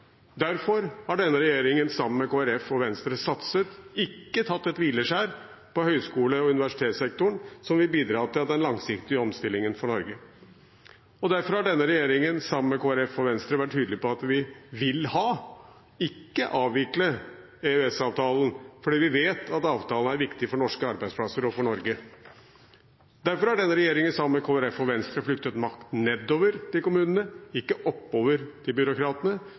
Derfor har denne regjeringen sammen med Kristelig Folkeparti og Venstre satset, ikke tatt et hvileskjær, på høyskole- og universitetssektoren, som vil bidra til den langsiktige omstillingen for Norge. Derfor har denne regjeringen sammen med Kristelig Folkeparti og Venstre vært tydelig på at vi vil ha, ikke avvikle, EØS-avtalen, fordi vi vet at avtalen er viktig for norske arbeidsplasser og for Norge. Derfor har denne regjeringen sammen med Kristelig Folkeparti og Venstre flyttet makten nedover til kommunene, ikke oppover til byråkratene,